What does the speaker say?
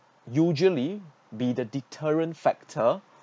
usually be the deterrent factor